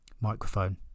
microphone